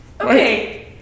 Okay